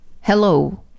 Hello